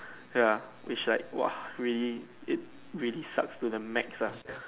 ya which like !woah! really it really sucks to the max lah